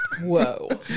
Whoa